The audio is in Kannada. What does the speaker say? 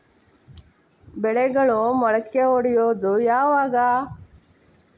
ಬೆಳೆಗಳು ಮೊಳಕೆ ಒಡಿಯೋದ್ ಯಾವಾಗ್?